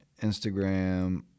Instagram